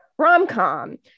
Rom-com